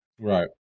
Right